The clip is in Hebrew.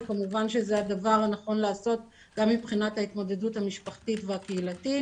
וכמובן שזה הדבר הנכון לעשות גם מבחינת ההתמודדות המשפחתית והקהילתית.